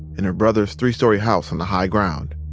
in her brother's three-story house on the high ground.